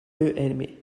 aimé